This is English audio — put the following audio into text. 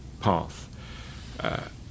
path